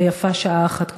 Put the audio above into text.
ויפה שעה אחת קודם.